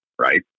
right